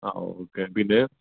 അ okay പിന്നെ